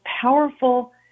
powerful